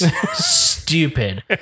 stupid